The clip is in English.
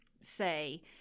say